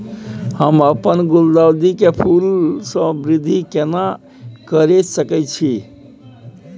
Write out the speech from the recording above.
हम अपन गुलदाबरी के फूल सो वृद्धि केना करिये सकेत छी?